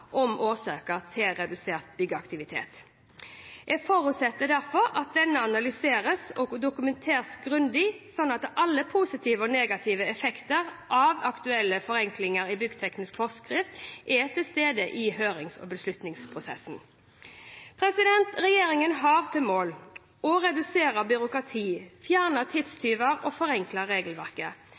om årsaker til redusert byggeaktivitet. Jeg forutsetter derfor at dette analyseres og dokumenteres grundig, slik at alle positive og negative effekter av aktuelle forenklinger i byggteknisk forskrift er til stede i hørings- og beslutningsprosessen. Regjeringen har som mål å redusere byråkratiet, fjerne tidstyver og forenkle